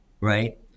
right